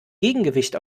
gegengewicht